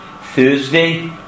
Thursday